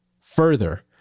Further